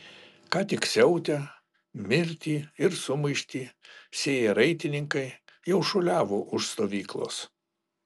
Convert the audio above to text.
ką tik siautę mirtį ir sumaištį sėję raitininkai jau šuoliavo už stovyklos